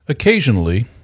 Occasionally